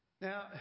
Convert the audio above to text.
Now